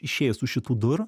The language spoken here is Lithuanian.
išėjęs už šitų durų